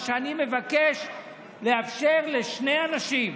מה שאני מבקש זה לאפשר לשני אנשים,